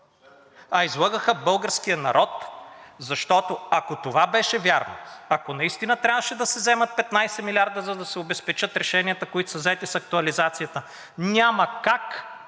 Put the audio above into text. а излъгаха българския народ, защото, ако това беше вярно, ако наистина трябваше да се вземат 15 милиарда, за да се обезпечат решенията, които са взети с актуализацията, няма как